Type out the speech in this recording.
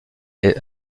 est